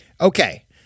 Okay